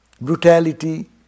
brutality